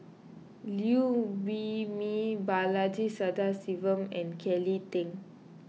Liew Wee Mee Balaji Sadasivan and Kelly Tang